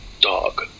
dog